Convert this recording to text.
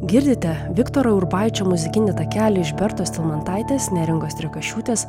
girdite viktoro urbaičio muzikinį takelį iš bertos talmantaitės neringos rekašiūtės